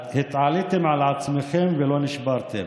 התעליתם על עצמכם ולא נשברתם.